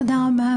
תודה רבה.